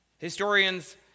Historians